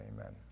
amen